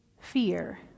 fear